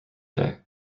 day